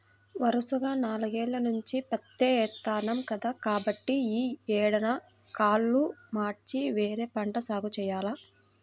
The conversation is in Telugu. వరసగా నాలుగేల్ల నుంచి పత్తే ఏత్తన్నాం కదా, కాబట్టి యీ ఏడన్నా కాలు మార్చి వేరే పంట సాగు జెయ్యాల